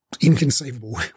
inconceivable